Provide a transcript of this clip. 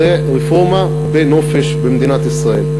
זו רפורמה בנופש במדינת ישראל.